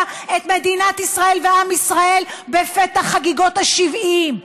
את מדינת ישראל ועם ישראל בפתח חגיגות ה-70.